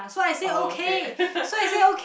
oh okay